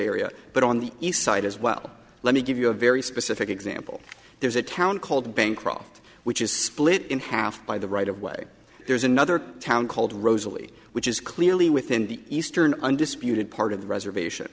area but on the east side as well let me give you a very specific example there's a town called bancroft which is split in half by the right of way there's another town called rosalie which is clearly within the eastern undisputed part of the reservation